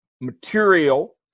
Material